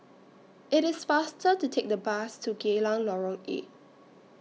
IT IS faster to Take The Bus to Geylang Lorong eight